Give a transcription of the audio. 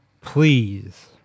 Please